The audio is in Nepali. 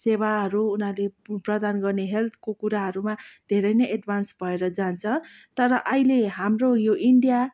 सेवाहरू उनीहरूले प्रदान गर्ने हेल्थको कुराहरूमा धेरै नै एडभान्स भएर जान्छ तर अहिले हाम्रो यो इन्डिया